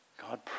God